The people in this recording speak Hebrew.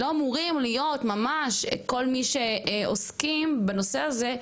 לא אמורים להיות ממש כל מי שעוסקים בנושא הזה,